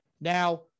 Now